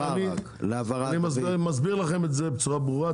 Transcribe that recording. אני מסביר לכם את זה בצורה ברורה,